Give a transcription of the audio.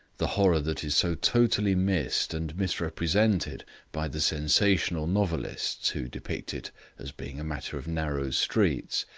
the horror that is so totally missed and misrepresented by the sensational novelists who depict it as being a matter of narrow streets,